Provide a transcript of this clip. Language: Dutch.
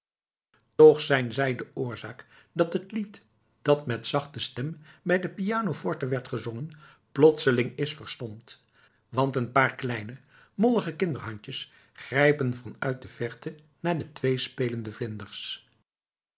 toch zijn zij de oorzaak dat het lied dat met zachte stem bij de piano forte werd gezongen plotseling is verstomd want een paar kleine mollige kinderhandjes grijpen van uit de verte naar de twee spelende vlinders